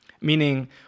Meaning